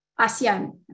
ASEAN